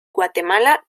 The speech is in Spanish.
guatemala